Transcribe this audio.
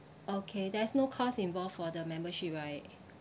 okay there's no cost involved for the membership right